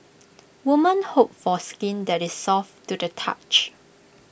women hope for skin that is soft to the touch